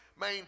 main